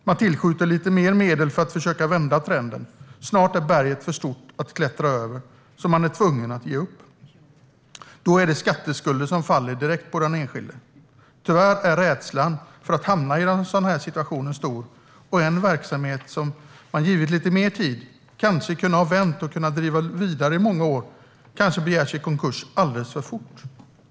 Han tillskjuter lite mer medel för att försöka vända trenden. Men snart är berget för stort att klättra över, och han är tvungen att ge upp. Då faller skatteskulder direkt på den enskilde. Tyvärr är rädslan för att hamna i en sådan här situation stor. En verksamhet som om den givits lite mer tid kunde ha vänts och drivits vidare i många år kanske begärs i konkurs alldeles för fort.